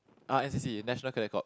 uh n_c_c National Cadet Corp